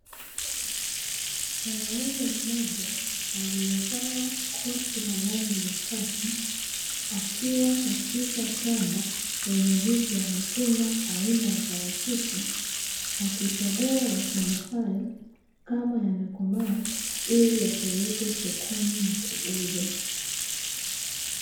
Mwanaume mmoja aliyevaa koti la rangi ya khaki, akiwa katika shamba lenye miti ya matunda aina ya parachichi, akikagua matunda hayo kama yamekomaa ili yapeleke sokoni na kuuzwa.